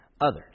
others